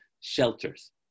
shelters